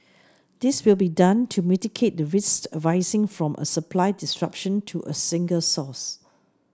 this will be done to mitigate the risks arising from a supply disruption to a single source